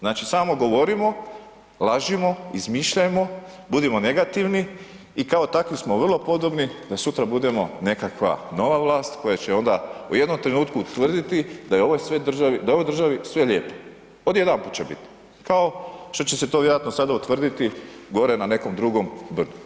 Znači samo govorimo, lažimo, izmišljajmo, budimo negativni i kao takvi smo vrlo podobni da sutra budemo nekakav nova vlast koja će onda u jednom trenutku utvrditi da je ovoj sve državi, da je u ovoj državi sve lijepo, odjedanput će biti kao što će se to vjerojatno sada utvrditi gore na nekom drugom brdu.